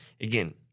again